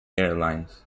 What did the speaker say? airlines